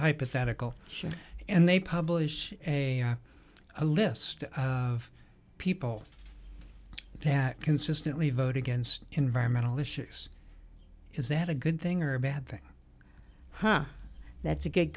hypothetical and they publish a a list of people that consistently vote against environmental issues is that a good thing or a bad thing ha that's a good